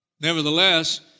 Nevertheless